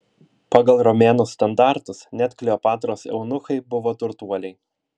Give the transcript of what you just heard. pagal romėnų standartus net kleopatros eunuchai buvo turtuoliai